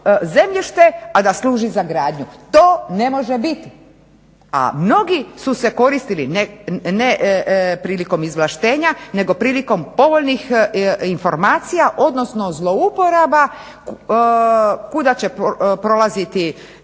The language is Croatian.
a da služi za gradnju. To ne može biti! A mnogi su se koristili ne prilikom izvlaštenja nego prilikom povoljnih informacija odnosno zlouporaba kuda će prolazite